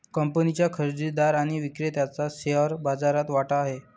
कंपनीच्या खरेदीदार आणि विक्रेत्याचा शेअर बाजारात वाटा आहे